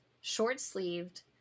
short-sleeved